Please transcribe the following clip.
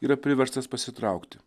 yra priverstas pasitraukti